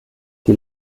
die